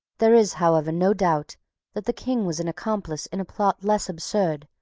there is however no doubt that the king was an accomplice in a plot less absurd,